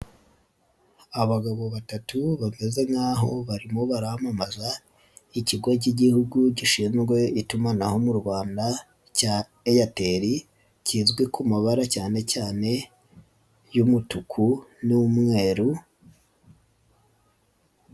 Abagabo batatu bameze nkaho barimo baramamaza Ikigo cy'Igihugu gishinzwe itumanaho mu Rwanda cya Airtel, kizwi ku mabara cyane cyane y'umutuku n'umweru.